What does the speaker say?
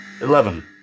Eleven